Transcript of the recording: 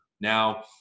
Now